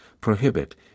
prohibit